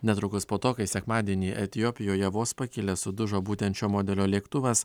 netrukus po to kai sekmadienį etiopijoje vos pakilęs sudužo būtent šio modelio lėktuvas